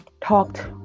talked